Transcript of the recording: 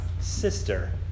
sister